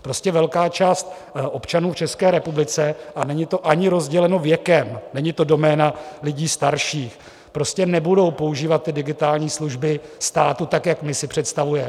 Prostě velká část občanů v České republice, a není to ani rozděleno věkem, není to doména lidí starších, prostě nebudou používat digitální služby státu tak, jak my si představujeme.